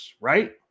right